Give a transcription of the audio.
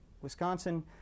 Wisconsin